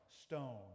stone